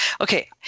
Okay